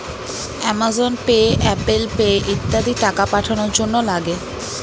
Amazon Pay, Apple Pay ইত্যাদি টাকা পাঠানোর জন্যে লাগে